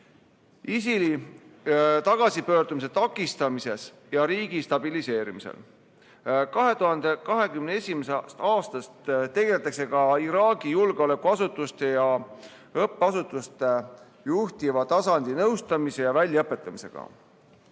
ISIL-i tagasipöördumise takistamises ja riigi stabiliseerimisel. 2021. aastast tegeldakse ka Iraagi julgeolekuasutuste ja -õppeasutuste juhtiva tasandi nõustamise ja väljaõpetamisega. Nüüd